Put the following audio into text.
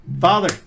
Father